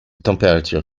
temperature